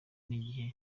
n’igihe